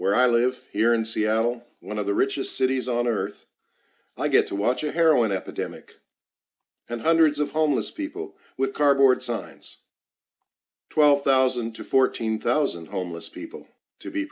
where i live here in seattle one of the richest cities on earth i get to watch a heroin epidemic and hundreds of homeless people with cardboard signs twelve thousand to fourteen thousand homeless people to be